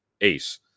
ace